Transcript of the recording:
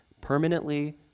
permanently